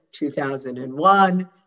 2001